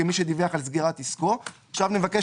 כמי שדיווח על סגירת עסקו," כאן נבקש